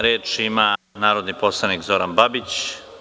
Reč ima narodni poslanik Zoran Babić.